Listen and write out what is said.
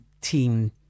team